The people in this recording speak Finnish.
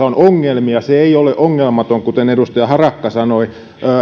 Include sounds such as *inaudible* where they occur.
*unintelligible* on ongelmia se ei ole ongelmaton kuten edustaja harakka sanoi